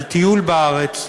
על טיול בארץ,